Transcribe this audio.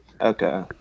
Okay